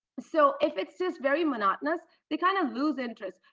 so if it is very monotonous, the kind of lose interest.